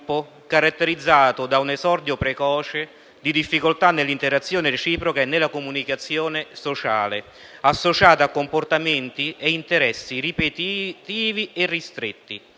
caratterizzato da un esordio precoce di difficoltà nell'interazione reciproca e nella comunicazione sociale, associato a comportamenti e interessi ripetitivi e ristretti.